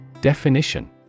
Definition